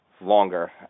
longer